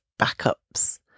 backups